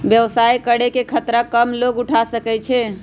व्यवसाय करे के खतरा कम लोग उठा सकै छै